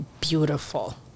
Beautiful